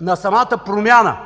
на самата промяна,